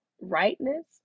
Rightness